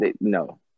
No